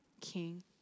King